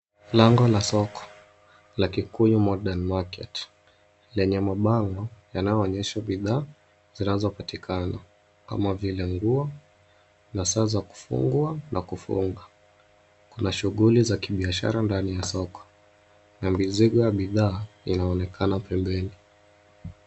Lango la soko la kikuyu modern market lenye mabano yanayoonyesha bidhaa zinazopatikana kama vile nguo na saa za kufungwa na kufunga. Kuna shughuli za kibiashara ndani ya soko na mizigo ya bidhaa inaonekana pembeni.